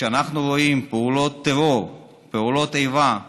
כשאנחנו רואים פעולות טרור, פעולות איבה,